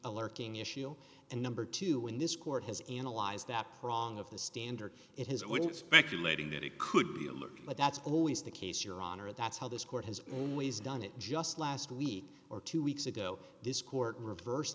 a lurking issue and number two when this court has analyzed that prong of the standard it has i wouldn't speculating that it could be but that's always the case your honor that's how this court has always done it just last week or two weeks ago this court reversed